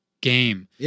game